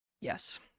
yes